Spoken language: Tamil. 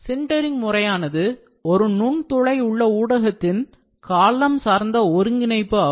சின்டரிங் முறையானது ஒரு நுண் துளை உள்ள ஊடகத்தின் காலம் சார்ந்த ஒருங்கிணைப்பு ஆகும்